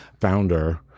founder